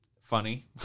funny